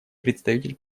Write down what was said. представитель